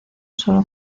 sólo